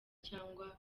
cyangwa